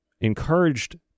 encouraged